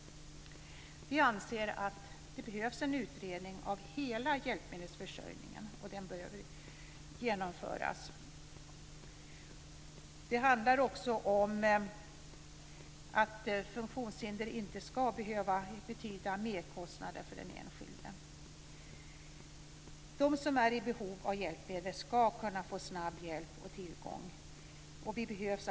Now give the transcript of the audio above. Vi anser att det behövs en utredning av hela hjälpmedelsförsörjningen. Det handlar också om att funktionshinder inte ska behöva betyda merkostnader för den enskilde. De som är i behov av hjälpmedel ska kunna få snabb hjälp och tillgång till detta.